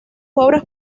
obras